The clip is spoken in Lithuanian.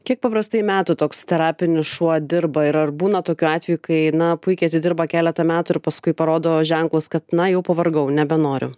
kiek paprastai metų toks terapinis šuo dirba ir ar būna tokių atvejų kai na puikiai atidirba keleta metų ir paskui parodo ženklus kad na jau pavargau nebenoriu